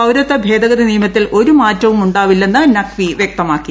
പൌരത്വ ഭേദഗതി നിയമത്തിൽ ഒരു മാറ്റവും ഉണ്ടാവില്ലെന്ന് നഖ്വി വ്യക്തമാക്കി